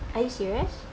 are you serious